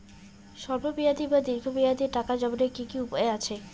স্বল্প মেয়াদি বা দীর্ঘ মেয়াদি টাকা জমানোর কি কি উপায় আছে?